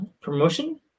promotion